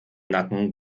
nacken